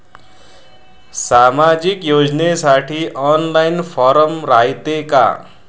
सामाजिक योजनेसाठी online form रायते का?